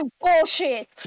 BULLSHIT